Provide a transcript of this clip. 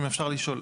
אם אפשר לשאול.